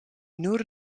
nur